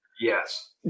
yes